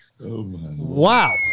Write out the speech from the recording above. Wow